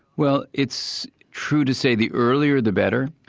well it's true to say the earlier the better,